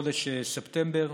חודש ספטמבר,